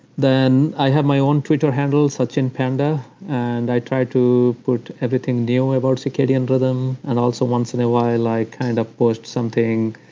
then i have my own twitter handle, satchinpanda, and i try to put everything new about circadian rhythm and also, once in a while, i like and put something,